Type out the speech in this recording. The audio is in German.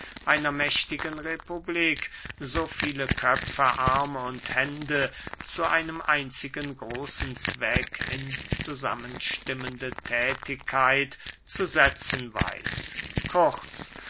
einer mächtigen republik so viele köpfe arme und hände zu einem einzigen großen zweck in zusammen stimmende thätigkeit zu setzen weiß kurz